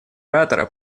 оратора